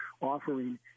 offering